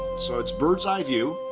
so it's birds eye view,